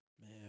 Man